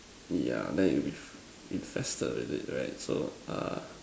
yeah then it will be infested with it right so err